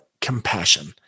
compassion